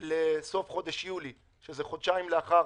לסוף חודש יולי, שזה חודשיים לאחר